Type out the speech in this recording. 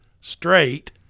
straight